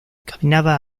camminava